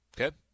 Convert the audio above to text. Okay